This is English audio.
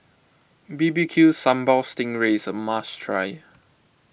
B B Q Sambal Sting Ray is a must try